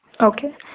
okay